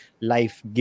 life